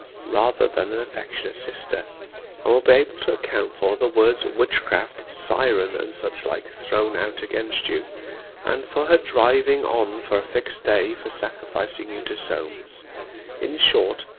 rather than an affectionate sister and will be able to account for the words witchcraft, syren, and such like, thrown out against you and for her driving on for a fixed day for sacrificing you to solmes in short,